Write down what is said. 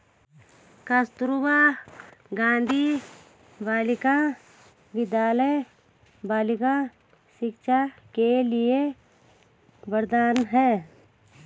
कस्तूरबा गांधी बालिका विद्यालय बालिका शिक्षा के लिए वरदान है